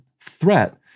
threat